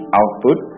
output